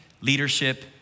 leadership